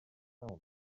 town